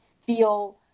feel